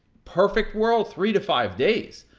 perfect world, three to five days.